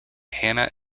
hannah